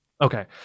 Okay